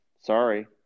Sorry